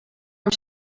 amb